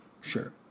Sure